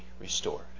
restored